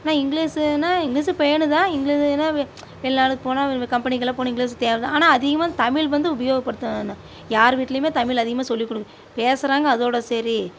ஆனால் இங்கிலீஸுன்னால் இங்கிலீஸும் வேணும் தான் இங்கிலீஸுனால் வே எல்லாருக்கும் போனால் கம்பெனிக்கெல்லாம் போனால் இங்கிலீஸ் தேவை தான் ஆனால் அதிகமாக தமிழ் வந்து உபயோகப்படுத்தணும் யார் வீட்லையுமே தமிழ் அதிகமாக சொல்லி குடுக் பேசுகிறாங்க அதோடு சரி